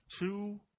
two